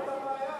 זאת הבעיה.